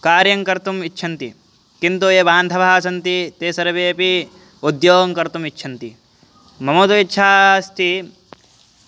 कार्यङ्कर्तुम् इच्छन्ति किन्तु ये बान्धवाः सन्ति ते सर्वेपि उद्योगङ्कर्तुम् इच्छन्ति मम तु इच्छा अस्ति